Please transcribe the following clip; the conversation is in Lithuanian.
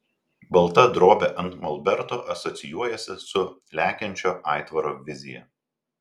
balta drobė ant molberto asocijuojasi su lekiančio aitvaro vizija